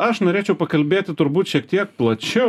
aš norėčiau pakalbėti turbūt šiek tiek plačiau